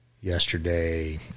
yesterday